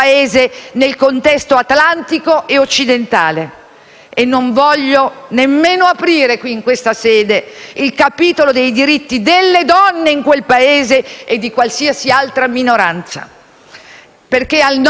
Non voglio nemmeno aprire, in questa sede, il capitolo dei diritti delle donne in quel Paese e di qualsiasi altra minoranza, perché è al nostro Paese che dobbiamo pensare.